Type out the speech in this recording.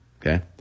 Okay